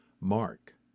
Mark